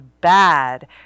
bad